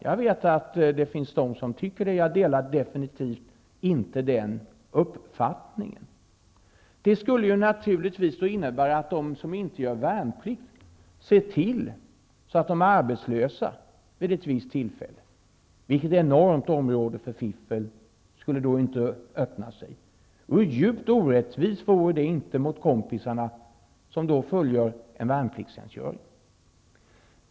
Jag vet att det finns de som tycker att man kan göra det. Jag delar absolut inte den uppfattningen. Det skulle naturligtvis innebära att de som inte gör värnplikt ser till att bli arbetslösa vid ett visst tillfälle. Vilket enormt område för fiffel skulle det inte öppnas! Hur djupt orättvist är det inte mot kompisarna, som fullföljer sin värnpliktstjänstgöring!